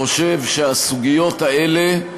חושב שהסוגיות האלה,